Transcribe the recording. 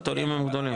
לא, התורים הם גדולים.